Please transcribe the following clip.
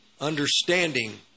understanding